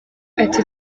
ati